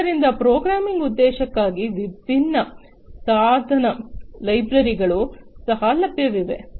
ಆದ್ದರಿಂದ ಪ್ರೋಗ್ರಾಮಿಂಗ್ ಉದ್ದೇಶಕ್ಕಾಗಿ ವಿಭಿನ್ನ ಸಾಧನ ಲೈಬ್ರರಿಗಳು ಸಹ ಲಭ್ಯವಿದೆ